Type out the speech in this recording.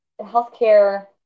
healthcare